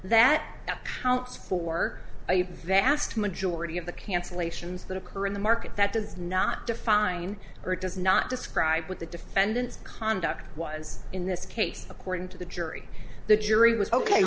that accounts for a vast majority of the cancellations that occur in the market that does not define or does not describe what the defendant's conduct was in this case according to the jury the jury was ok